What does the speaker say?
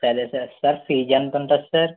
సరే sir sir fees ఎంత ఉంటుంది సార్